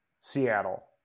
Seattle